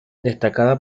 destaca